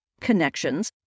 Connections